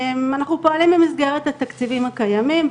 אנחנו פועלים במסגרת התקציבים הקיימים.